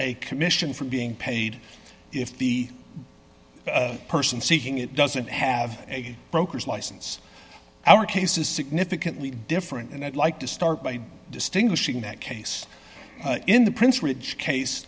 a commission from being paid if the person seeking it doesn't have a broker's license our case is significantly different and i'd like to start by distinguishing that case in the prince rich case